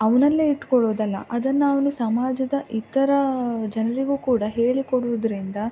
ಅವನಲ್ಲೇ ಇಟ್ಕೊಳೋದಲ್ಲ ಅದನ್ನು ಅವನು ಸಮಾಜದ ಇತರ ಜನರಿಗೂ ಕೂಡ ಹೇಳಿಕೊಡುವುದರಿಂದ